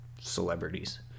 celebrities